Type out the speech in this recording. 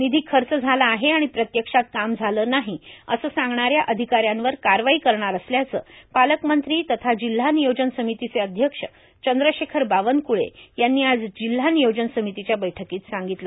निधी खर्च झाला आहे आणि प्रत्यक्षात काम झाले नाही असे सांगणाऱ्या अधिकाऱ्यांवर कारवाई करणार असल्याचे पालकमंत्री तथा जिल्हा नियोजनं समितीचे अध्यक्ष चंद्रशेखर बावनक्ळे यांनी आज जिल्हा नियोजन समितीच्या बैठकीत सांगितले